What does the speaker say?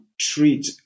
treat